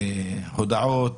הודעות,